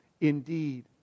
indeed